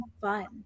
fun